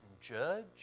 judge